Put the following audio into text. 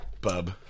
bub